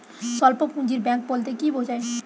স্বল্প পুঁজির ব্যাঙ্ক বলতে কি বোঝায়?